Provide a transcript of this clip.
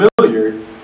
familiar